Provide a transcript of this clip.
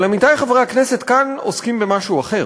אבל, עמיתי חברי הכנסת, כאן עוסקים במשהו אחר,